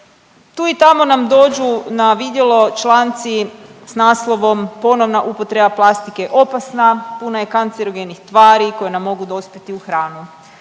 Tu i tamo nam dođu na vidjelo članci sa naslovom ponovna upotreba plastike, opasna, puna je kancerogenih tvari koje nam mogu dospjeti u hranu.